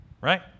right